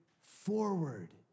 forward